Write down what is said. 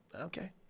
okay